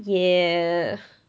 yeah